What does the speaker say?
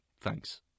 thanks